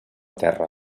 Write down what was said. terra